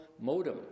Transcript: modem